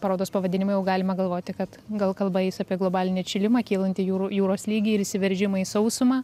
parodos pavadinimą jau galima galvoti kad gal kalba eis apie globalinį atšilimą kylantį jūrų jūros lygį įsiveržimą į sausumą